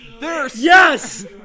Yes